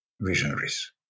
visionaries